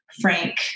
frank